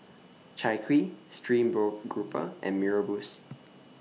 Chai Kuih Stream Grouper and Mee Rebus